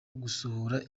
gusohora